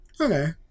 Okay